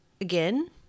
again